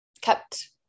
kept